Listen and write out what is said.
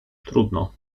trudno